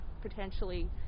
potentially